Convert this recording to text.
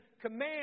command